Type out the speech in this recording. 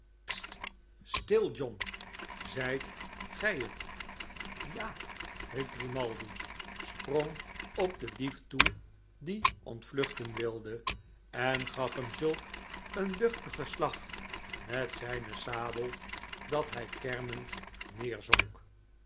stil john zijt gij het ja riep grimaldi sprong op den dief toe die ontvluchten wilde en gaf hem zulk een duchtigen slag met zijne sabel dat hij kermend neerzonk